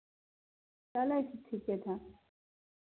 चलै छै ठीके ठाक